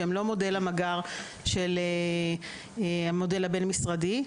שהם לא מודל המג״ר הבין משרדי.